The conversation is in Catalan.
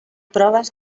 proves